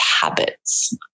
habits